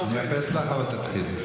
אני מאפס לך, אבל תתחילי.